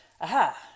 Aha